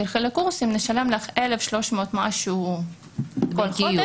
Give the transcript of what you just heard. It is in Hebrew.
אלך לקורסים הם ישלמו לי 1,300 ומשהו כל חודש.